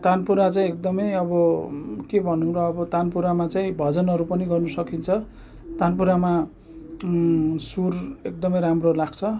तानपुरा चाहिँ एकदमै अब के भनुँ र अब तानपुरामा चाहिँ भजनहरू पनि गर्न सकिन्छ तानपुरामा सुर एकदमै राम्रो लाग्छ